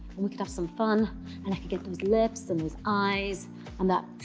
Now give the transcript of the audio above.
we could have some fun and i could get those lips and those eyes and that,